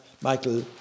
Michael